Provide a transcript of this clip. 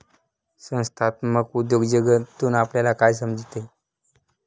संस्थात्मक उद्योजकतेतून आपल्याला काय समजते?